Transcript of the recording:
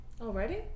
Already